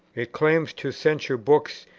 it claims to censure books,